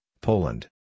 Poland